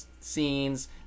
scenes